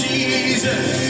Jesus